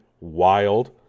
wild